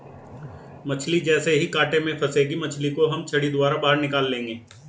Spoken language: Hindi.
मछली जैसे ही कांटे में फंसेगी मछली को हम छड़ी द्वारा बाहर निकाल लेंगे